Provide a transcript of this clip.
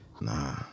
Nah